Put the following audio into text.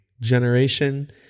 generation